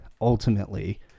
ultimately